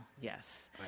yes